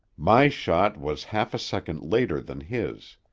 my shot was half a second later than his.